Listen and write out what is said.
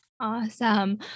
Awesome